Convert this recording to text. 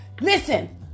Listen